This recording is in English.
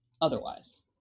otherwise